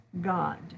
God